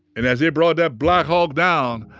and as they brought that black hawk down,